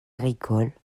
agricoles